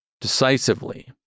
decisively